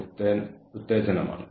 ആദ്യത്തേത് competency acquisition ആണ്